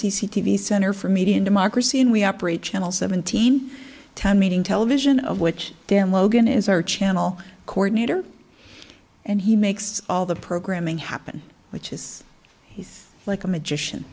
c c t v center for media and democracy and we operate channel seventeen ten meeting television of which dan logan is our channel coordinator and he makes all the programming happen which is he's like a